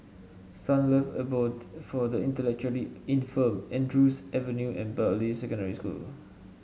Sunlove Abode for the Intellectually Infirmed Andrews Avenue and Bartley Secondary School